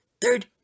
Third